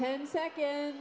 ten seconds